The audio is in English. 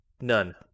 none